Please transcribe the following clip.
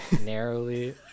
narrowly